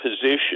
position